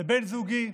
לבן זוגי,